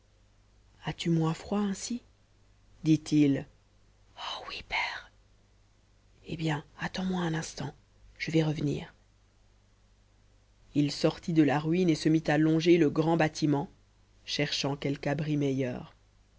as-tu moins froid ainsi dit-il oh oui père eh bien attends-moi un instant je vais revenir il sortit de la ruine et se mit à longer le grand bâtiment cherchant quelque abri meilleur